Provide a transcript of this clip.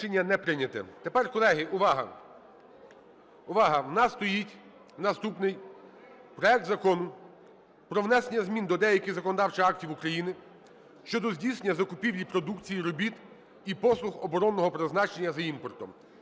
Тепер, колеги, увага, увага! В нас стоїть наступний - проект Закону про внесення змін до деяких законодавчих актів України щодо здійснення закупівлі продукції, робіт і послуг оборонного призначення за імпортом.